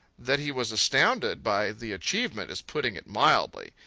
that he was astounded by the achievement, is putting it mildly.